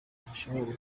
hashoboka